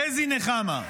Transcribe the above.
חזי נחמה.